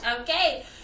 Okay